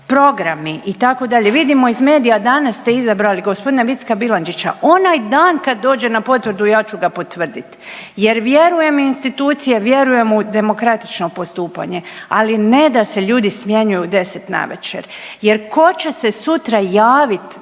programi itd.. Vidimo iz medija danas ste izabrali g. Vicka Bilandžića, onaj dan kad dođe na potvrdu ja ću ga potvrdit jer vjerujem u institucije, vjerujem u demokratično postupanje, ali ne da se ljudi smjenjuju u 10 navečer jer ko će se sutra javit